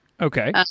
Okay